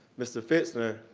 mr. fitsner,